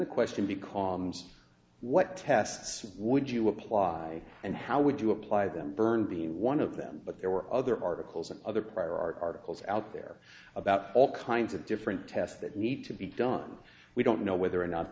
the question because what tests would you apply and how would you apply them burn being one of them but there were other articles and other prior art articles out there about all kinds of different tests that need to be done we don't know whether or not